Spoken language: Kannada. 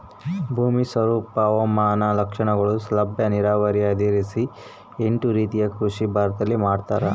ಭೂಮಿ ಸ್ವರೂಪ ಹವಾಮಾನ ಲಕ್ಷಣಗಳು ಲಭ್ಯ ನೀರಾವರಿ ಆಧರಿಸಿ ಎಂಟು ರೀತಿಯ ಕೃಷಿ ಭಾರತದಲ್ಲಿ ಮಾಡ್ತಾರ